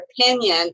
opinion